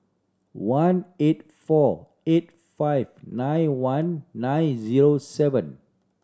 one eight four eight five nine one nine zero seven